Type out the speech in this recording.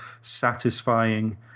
satisfying